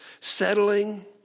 settling